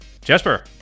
Jesper